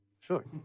sure